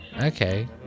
Okay